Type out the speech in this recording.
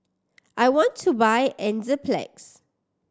I want to buy Enzyplex